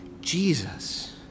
Jesus